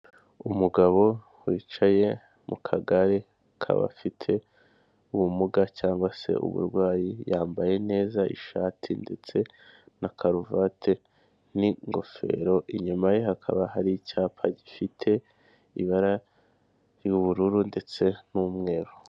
Umugabo wicaye mu kagare k'abafite ubumuga cyangwa se uburwayi, yambaye neza ishati ndetse na karuvati n'ingofero, inyuma ye hakaba hari icyapa gifite ibara ry'ubururu ndetse n'umweru.